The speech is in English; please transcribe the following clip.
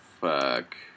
fuck